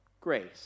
grace